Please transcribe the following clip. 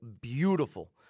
beautiful